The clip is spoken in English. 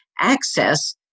access